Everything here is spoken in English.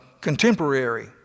contemporary